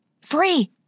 Free